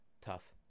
tough